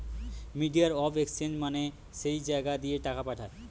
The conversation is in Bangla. মিডিয়াম অফ এক্সচেঞ্জ মানে যেই জাগা দিয়ে টাকা পাঠায়